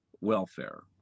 welfare